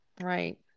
right